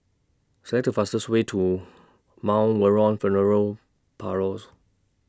Select The fastest Way to Mount Vernon Funeral Parlours